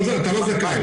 'אתה לא זכאי'.